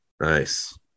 Nice